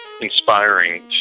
inspiring